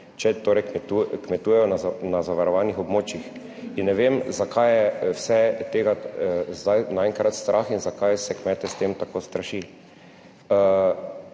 če torej kmetujejo na zavarovanih območjih. Ne vem, zakaj je vse tega zdaj naenkrat strah in zakaj se kmete s tem tako straši.